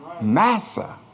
Massa